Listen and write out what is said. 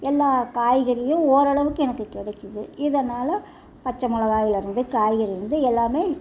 எல்லா காய்கறியும் ஓரளவுக்கு எனக்கு கிடைக்கிது இதனால பச்சை மிளகாயிலேருந்து காய்கறியிலேருந்து எல்லாமே